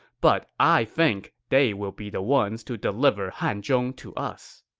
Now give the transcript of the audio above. but i think they will be the ones to deliver hanzhong to us.